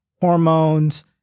hormones